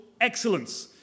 excellence